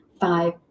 five